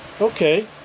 okay